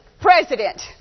president